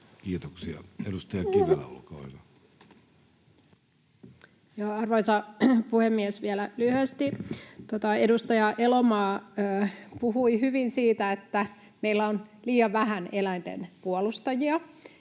Time: 15:32 Content: Arvoisa puhemies! Vielä lyhyesti. Edustaja Elomaa puhui hyvin siitä, että meillä on liian vähän eläinten puolustajia,